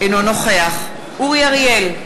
אינו נוכח אורי אריאל,